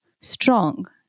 Strong